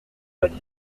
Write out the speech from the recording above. quatre